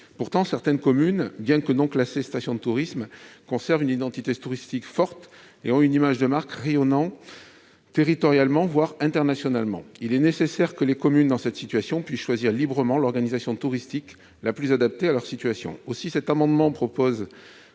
Pourtant, certaines communes, bien que non classées stations de tourisme, conservent une identité touristique forte et ont une image de marque rayonnant territorialement, voire internationalement. Il est nécessaire que ces communes puissent choisir librement l'organisation touristique la plus adaptée à leur situation. Aussi cet amendement